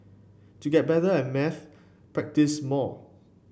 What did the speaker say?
to get better at maths practise more